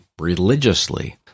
religiously